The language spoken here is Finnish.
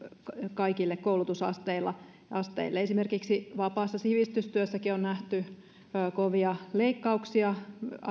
kaikille koulutusasteille esimerkiksi vapaassa sivistystyössäkin on nähty kovia leikkauksia